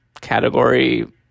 category